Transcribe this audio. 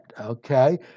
okay